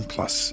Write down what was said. Plus